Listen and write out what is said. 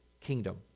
kingdom